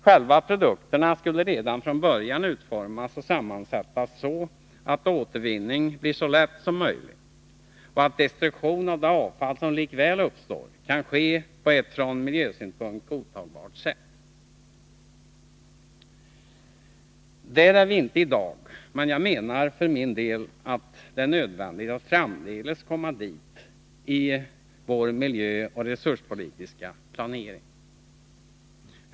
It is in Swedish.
Själva produkterna skulle redan från början utformas och sammansättas så att återvinning blir så lätt som möjligt och att destruktion av det avfall som likväl uppstår kan ske på ett från miljösynpunkt godtagbart sätt. Där är vi inte i dag, men jag anser för min del att det är nödvändigt att framdeles komma dit i vår miljöoch resurspolitiska planering.